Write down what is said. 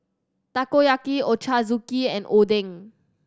Takoyaki Ochazuke and Oden